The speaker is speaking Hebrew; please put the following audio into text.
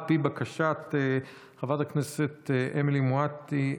על פי בקשת חברת הכנסת אמילי מואטי,